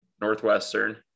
Northwestern